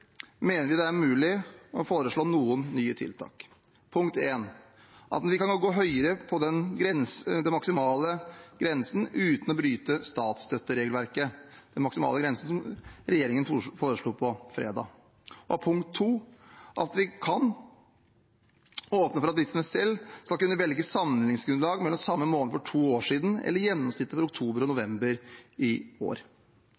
mener vi det er mulig å foreslå noen nye tiltak: at vi kan gå høyere på den maksimale grensen uten å bryte statsstøtteregelverket – den maksimale grensen som regjeringen foreslo på fredag at vi kan åpne for at virksomheten selv skal kunne velge sammenligningsgrunnlag, mellom samme måned for to år siden eller gjennomsnittet for oktober og